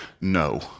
No